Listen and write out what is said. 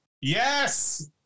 Yes